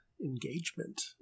Engagement